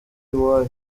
iwayo